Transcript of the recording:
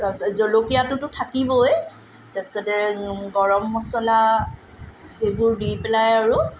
তাৰপিছত জলকীয়াটোতো থাকিবই তাৰপিছতে গৰম মচলা সেইবোৰ দি পেলাই আৰু